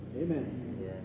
Amen